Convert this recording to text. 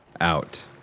out